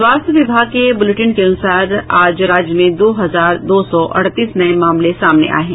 स्वास्थ्य विभाग के बुलेटिन के अनुसार आज राज्य में दो हजार दो सौ अड़तीस नये मामले सामने आये हैं